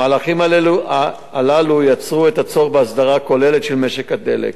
המהלכים הללו יצרו את הצורך בהסדרה כוללת של משק הדלק.